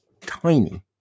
tiny